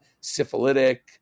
Syphilitic